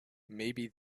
maybe